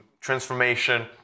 Transformation